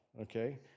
Okay